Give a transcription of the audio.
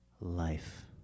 life